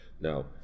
Now